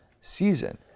season